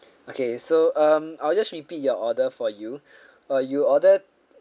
okay so um I'll just repeat your order for you uh you order